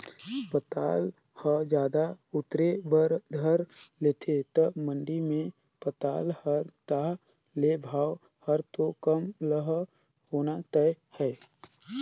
पताल ह जादा उतरे बर धर लेथे त मंडी मे पताल हर ताह ले भाव हर तो कम ह होना तय हे